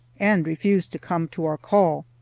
and refused to come to our call.